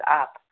up